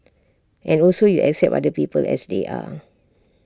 and also you accept other people as they are